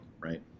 right